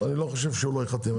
אני חושב שייחתם.